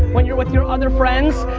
when you're with your other friends,